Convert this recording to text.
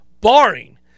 barring